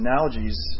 analogies